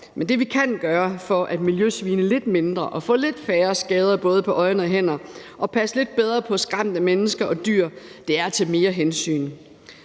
Men det, vi kan gøre for at miljøsvine lidt mindre og få lidt færre skader, både på øjne og hænder, og passe lidt bedre på skræmte mennesker og dyr, er at tage mere hensyn.